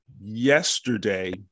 yesterday